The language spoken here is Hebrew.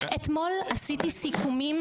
אתמול עשיתי סיכומים,